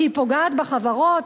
שהיא פוגעת בחברות?